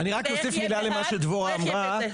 אני רק אוסיף מילה על מה שדבורה אמרה,